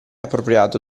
appropriato